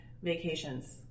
Vacations